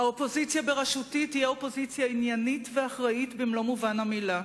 האופוזיציה בראשותי תהיה אופוזיציה עניינית ואחראית במלוא מובן המלה.